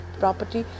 property